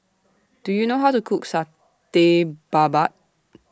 Do YOU know How to Cook Satay Babat